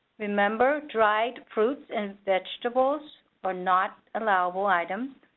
remember dried fruits and vegetables are not allowable items.